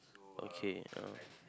okay uh